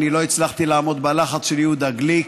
לא הצלחתי לעמוד בלחץ של יהודה גליק.